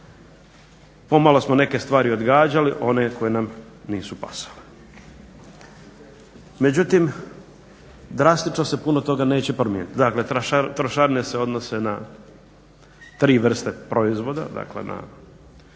Pomalo smo neke stvari odgađali, one koje nam nisu pasale. Međutim drastično se puno toga neće promijeniti, dakle trošarine se odnose na tri vrste proizvoda, dakle na